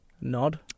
Nod